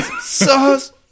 sauce